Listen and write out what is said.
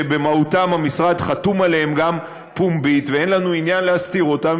שבמהותן המשרד חתום עליהן גם פומבית ואין לנו עניין להסתיר אותן,